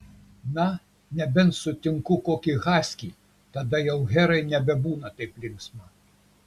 na nebent sutinku kokį haskį tada jau herai nebebūna taip linksma